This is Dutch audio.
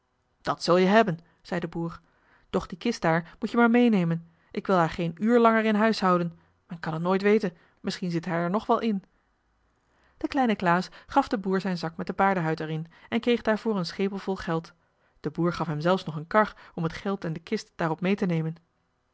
dat zul je hebben zei de boer doch die kist daar moet je maar meenemen ik wil haar geen uur langer in huis houden men kan het nooit weten misschien zit hij er nog wel in de kleine klaas gaf den boer zijn zak met de paardehuid er in en kreeg daarvoor een schepel vol geld de boer gaf hem zelfs nog een kar om het geld en de kist daarop mee te nemen